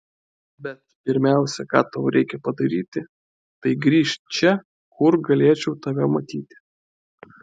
bet pirmiausia ką tau reikia padaryti tai grįžt čia kur galėčiau tave matyti